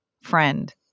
Friend